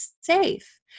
safe